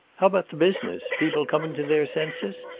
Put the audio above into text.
how about the business? people coming to their senses?